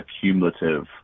cumulative